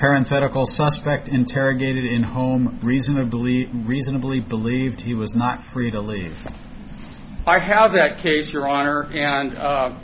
parents tentacle suspect interrogated in home reasonably reasonably believed he was not free to leave i have that case your honor and